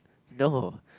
no more